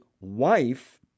wife